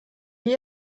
die